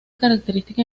característica